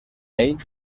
ell